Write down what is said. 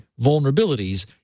vulnerabilities